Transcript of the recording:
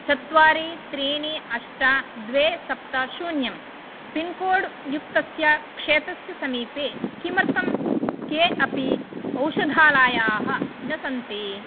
चत्वारि त्रिणी अष्ट द्वे सप्त शून्यं पिन्कोड् युक्तस्य क्षेत्रस्य समीपे किमर्थं के अपि औषधालयाः न सन्ति